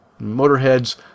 Motorhead's